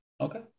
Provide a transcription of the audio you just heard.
Okay